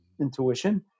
intuition